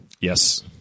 Yes